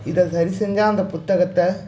இதை சரி செஞ்சால் அந்தப் புத்தகத்தை